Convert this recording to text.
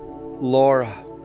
Laura